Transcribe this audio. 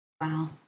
Wow